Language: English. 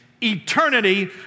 eternity